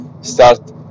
Start